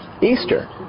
Easter